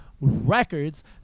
records